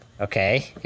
Okay